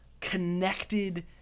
connected